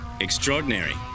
Extraordinary